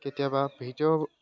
কেতিয়াবা ভিডিঅ'